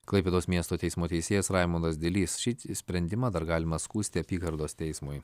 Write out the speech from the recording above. klaipėdos miesto teismo teisėjas raimundas dilys šį sprendimą dar galima skųsti apygardos teismui